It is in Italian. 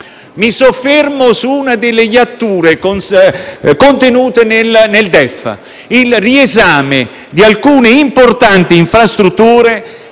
Mi soffermo su una delle iatture contenute nel DEF: il riesame di alcune importanti infrastrutture